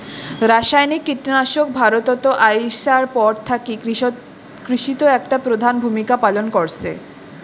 রাসায়নিক কীটনাশক ভারতত আইসার পর থাকি কৃষিত একটা প্রধান ভূমিকা পালন করসে